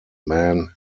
man